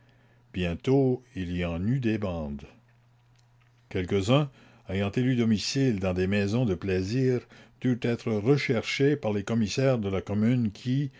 bientôt il y en eut des bandes quelques-uns ayant élu domicile dans des maisons de plaisir durent être recherchés par les commissaires de la commune qui